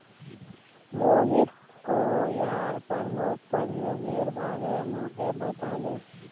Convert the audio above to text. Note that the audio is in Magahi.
मोहित कॉयर प्रमुख प्रयोगेर बारे मोक बताले